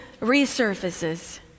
resurfaces